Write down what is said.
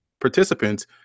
participants